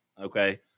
Okay